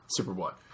Superboy